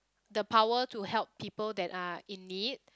the power to help people that are in need